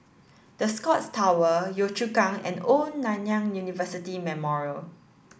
The Scotts Tower Yio Chu Kang and Old Nanyang University Memorial